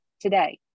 today